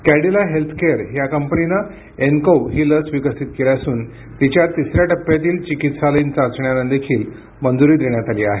Cadila healthcare ही कंपनीने एनकोव ही लस विकसित केली असून तिच्या तिसऱ्या टप्प्यातील चिकित्सालयीन चाचण्यांना देखील मंजूरी देण्यात आली आहे